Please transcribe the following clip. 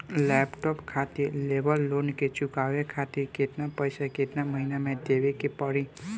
Laptop खातिर लेवल loan के चुकावे खातिर केतना पैसा केतना महिना मे देवे के पड़ी?